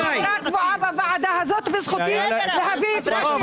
אני חברה קבועה בוועדה הזאת וזכותי להביא את הנושא.